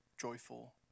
joyful